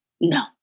No